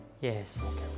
yes